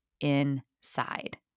inside